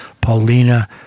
Paulina